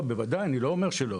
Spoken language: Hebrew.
בוודאי, אני לא אומר שלא.